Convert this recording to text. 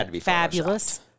fabulous